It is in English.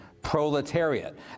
Proletariat